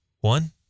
one